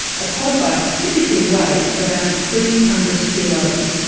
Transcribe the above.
a quad bike typically weighs around three hundred kilos.